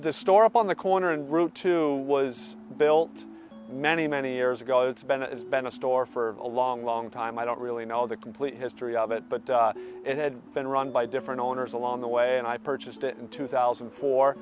the store up on the corner and route two was built many many years ago it's been a it's been a store for a long long time i don't really know the complete history of it but it had been run by different owners along the way and i purchased it in two thousand